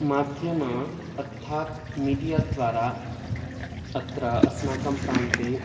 माध्यमम् अर्थात् मिडियाद्वारा अत्र अस्माकं प्रान्ते